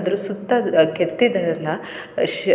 ಅದ್ರ ಸುತ್ತ ಕೆತ್ತಿದಾರಲ್ಲ ಶ್